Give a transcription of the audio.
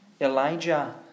Elijah